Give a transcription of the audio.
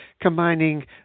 combining